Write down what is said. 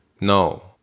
No